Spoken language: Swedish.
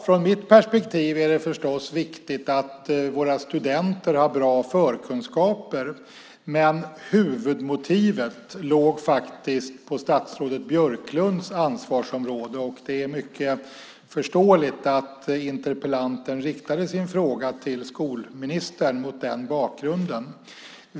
Från mitt perspektiv är det förstås viktigt att våra studenter har bra förkunskaper, men huvudmotivet låg faktiskt på statsrådet Björklunds ansvarsområde, och det är mot den bakgrunden mycket förståeligt att interpellanten riktade sin fråga till skolministern.